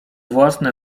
własne